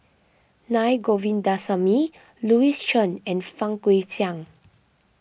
Naa Govindasamy Louis Chen and Fang Guixiang